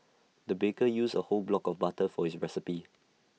the baker used A whole block of butter for his recipe